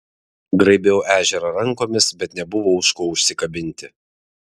graibiau ežerą rankomis bet nebuvo už ko užsikabinti